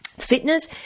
Fitness